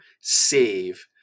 Save